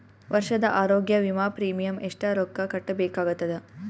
ವರ್ಷದ ಆರೋಗ್ಯ ವಿಮಾ ಪ್ರೀಮಿಯಂ ಎಷ್ಟ ರೊಕ್ಕ ಕಟ್ಟಬೇಕಾಗತದ?